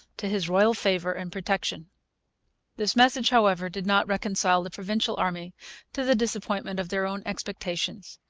to his royal favour and protection this message, however, did not reconcile the provincial army to the disappointment of their own expectations.